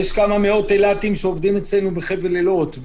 יש כמה מאות אילתים שעובדים אצלנו בחבל אילות,